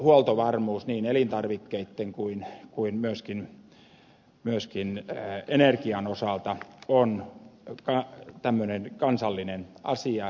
huoltovarmuus niin elintarvikkeitten kuin myöskin energian osalta on kansallinen asia